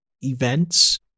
events